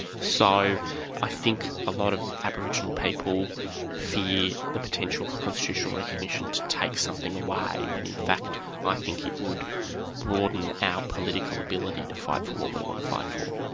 so i think a lot of aboriginal people fear the potential for constitutional recognition to take something away, when in fact i think it would broaden our political ability to fight for what we want to fight for.